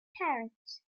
parents